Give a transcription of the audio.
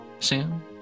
Sam